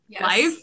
life